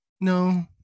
No